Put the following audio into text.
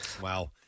Wow